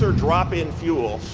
drop-in fuels,